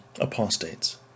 apostates